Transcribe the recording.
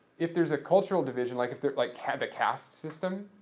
if there's a cultural division, like if there like have the caste system,